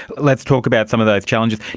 let's talk about some of those challenges.